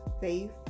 faith